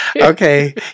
Okay